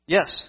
Yes